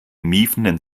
miefenden